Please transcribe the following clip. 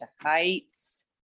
heights